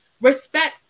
respect